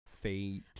Feet